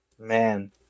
man